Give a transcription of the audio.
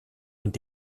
und